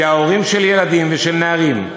כי ההורים של ילדים ושל נערים,